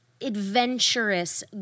adventurous